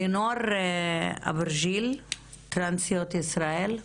לינור אברג'יל, טרנסיות ישראל.